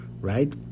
right